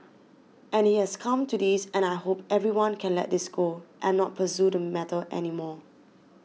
and it has come to this and I hope everyone can let this go and not pursue the matter anymore